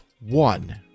one